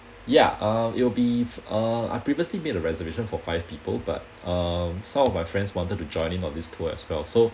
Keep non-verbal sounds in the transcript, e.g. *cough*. ya uh it'll be uh I previously made a reservation for five people but uh some of my friends wanted to join in on this tour as well so *breath*